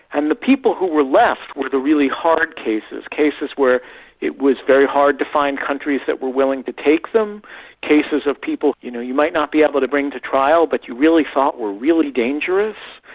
and the people who were left were the really hard cases, cases where it was very hard to find countries that were willing to take them cases of people you know you might not be able to bring to trial but you really thought were really dangerous,